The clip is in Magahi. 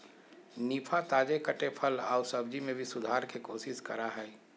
निफा, ताजे कटे फल आऊ सब्जी में भी सुधार के कोशिश करा हइ